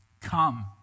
come